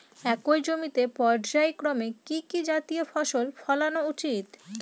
একই জমিতে পর্যায়ক্রমে কি কি জাতীয় ফসল ফলানো উচিৎ?